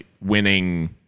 winning